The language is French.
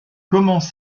commence